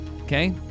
Okay